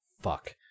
fuck